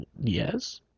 yes